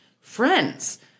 friends